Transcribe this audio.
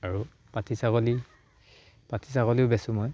আৰু পাতি ছাগলী পাতি ছাগলীও বেচোঁ মই